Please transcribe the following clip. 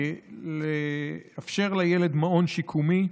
לאפשר לילד מעון שיקומי,